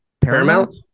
Paramount